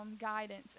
guidance